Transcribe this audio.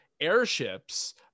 airships